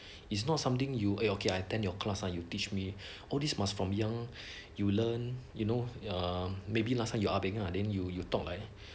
it's not something you eh okay attend your class uh you teach me all this must from young you learn you know err maybe last time you ah beng ah then you you talk like